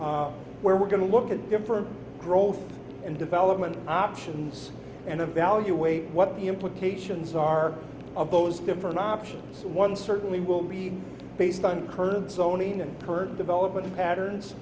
year where we're going to look at different growth and development options and evaluate what the implications are of those different options one certainly will be based on current zoning and current development patterns